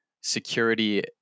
security